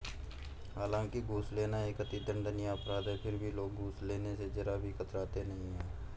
हालांकि घूस लेना एक अति दंडनीय अपराध है फिर भी लोग घूस लेने स जरा भी कतराते नहीं है